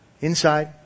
Inside